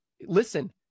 listen